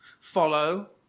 follow